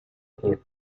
him